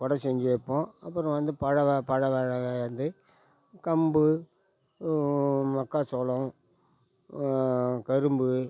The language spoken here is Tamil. குடை செஞ்சு வைப்போம் அப்புறோம் வந்து பழவ பழ வந்து கம்பு மக்காசோளம் கரும்பு